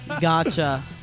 Gotcha